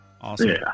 Awesome